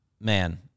man